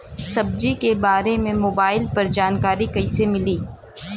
सब्जी के बारे मे मोबाइल पर जानकारी कईसे मिली?